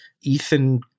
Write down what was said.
Ethan